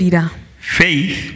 Faith